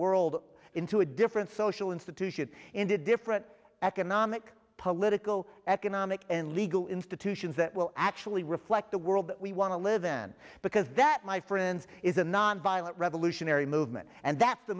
world into a different social institution into different economic political economic and legal institutions that will actually reflect the world we want to live then because that my friends is a nonviolent revolutionary movement and that's the